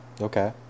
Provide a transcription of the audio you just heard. okay